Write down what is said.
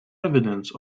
evidence